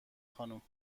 خانم